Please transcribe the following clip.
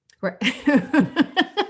Right